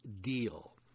deal